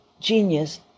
genius